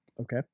Okay